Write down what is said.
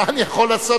מה אני יכול לעשות?